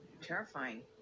Terrifying